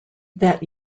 that